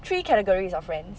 three categories of friends